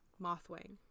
Mothwing